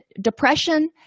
depression